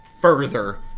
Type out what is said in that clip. further